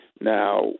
Now